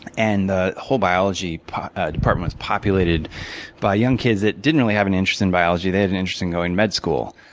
and the whole biology department was populated by young kids that didn't really have an interest in biology. they had an interest in going to med school.